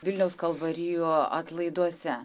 vilniaus kalvarijų atlaiduose